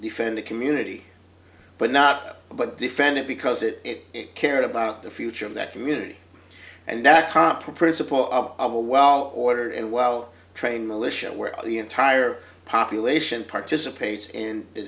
defend the community but not but defend it because it cared about the future of that community and that proper principle of a well ordered and well trained militia where the entire population participates in the